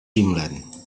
dreamland